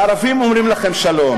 והערבים אומרים לכם שלום,